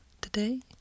today